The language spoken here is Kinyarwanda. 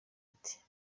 ati